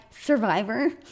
survivor